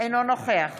אינו נוכח